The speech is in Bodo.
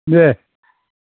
दे